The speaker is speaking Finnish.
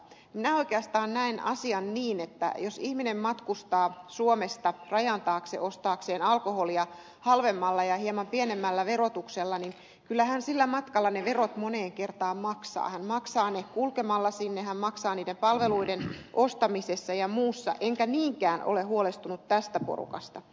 minä oikeastaan näen asian niin että jos ihminen matkustaa suomesta rajan taakse ostaakseen alkoholia halvemmalla ja hieman pienemmällä verotuksella niin kyllä hän sillä matkalla ne verot moneen kertaan maksaa hän maksaa ne kulkemalla sinne hän maksaa niiden palveluiden ostamisessa ja muussa enkä niinkään ole huolestunut tästä porukasta